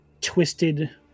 twisted